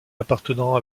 appartenant